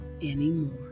anymore